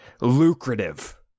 lucrative